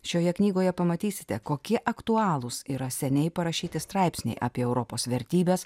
šioje knygoje pamatysite kokie aktualūs yra seniai parašyti straipsniai apie europos vertybes